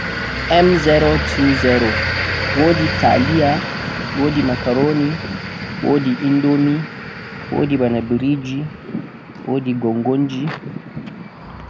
wodi taliya, wodi makaroni, wodi indomi, wodi birigi, wodi gongonji,